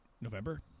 November